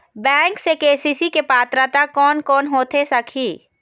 Bank से KCC के पात्रता कोन कौन होथे सकही?